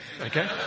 Okay